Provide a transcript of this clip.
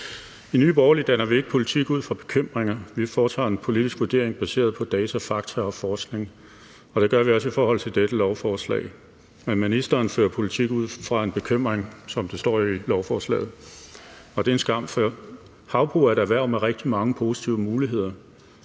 I Nye Borgerlige danner vi ikke politik ud fra bekymringer. Vi foretager en politisk vurdering baseret på data, fakta og forskning. Og det gør vi også i forhold til dette lovforslag. Ministeren fører politik ud fra en bekymring, som det står i lovforslaget, og det er en skam, for havbrug er et erhverv med rigtig mange positive muligheder.